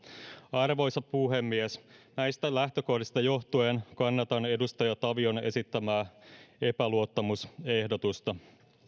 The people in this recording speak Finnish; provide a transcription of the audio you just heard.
arvoisa puhemies näistä lähtökohdista johtuen kannatan edustaja tavion esittämää epäluottamusehdotusta